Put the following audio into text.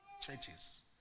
churches